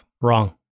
Wrong